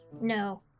No